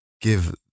give